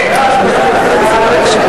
סעיף